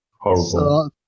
Horrible